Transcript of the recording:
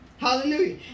Hallelujah